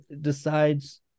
decides